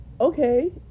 Okay